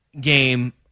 game